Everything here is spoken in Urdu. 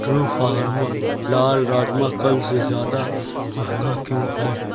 ٹرو فارم لال راجما کل سے زیادہ مہنگا کیوں ہے